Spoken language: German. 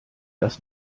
das